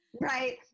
Right